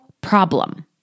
problem